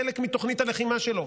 זה חלק מתוכנית הלחימה שלו.